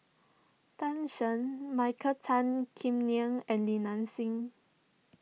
Tan Shen Michael Tan Kim Nei and Li Nanxing